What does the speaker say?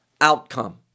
outcome